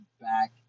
back